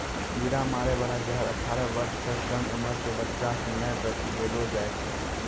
कीरा मारै बाला जहर अठारह बर्ष सँ कम उमर क बच्चा सें नै बेचबैलो जाय छै